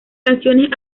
canciones